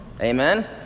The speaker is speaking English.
Amen